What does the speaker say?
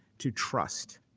to trust,